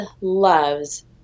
loves